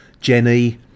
Jenny